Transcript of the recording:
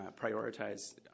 prioritize